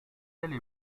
ailes